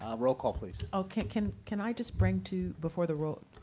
um roll call, please. ok, can can i just bring to before the roll,